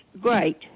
great